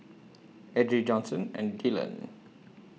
Edrie Johnson and Dyllan